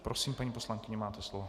Prosím, paní poslankyně, máte slovo.